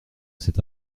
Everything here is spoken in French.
cet